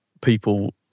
people